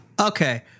Okay